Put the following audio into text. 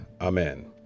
Amen